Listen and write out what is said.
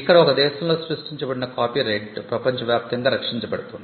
ఇక్కడ ఒక దేశంలో సృష్టించబడిన కాపీరైట్ ప్రపంచవ్యాప్తంగా రక్షించబడుతుంది